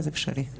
זה אפשרי.